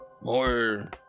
More